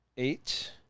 eight